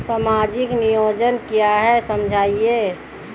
सामाजिक नियोजन क्या है समझाइए?